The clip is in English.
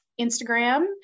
Instagram